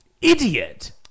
Idiot